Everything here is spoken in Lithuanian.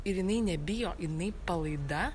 ir jinai nebijo jinai palaida